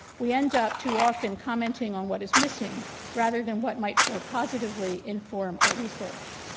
we end up, too often, commenting on what is missing rather than what might, more positively, inform our research.